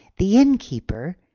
the innkeeper,